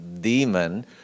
demon